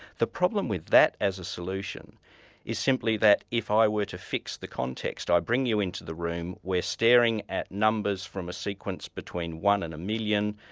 the problem with that as a solution is simply that if i were to fix the context, i bring you into the room, we're staring at numbers from a sequence between one and one million,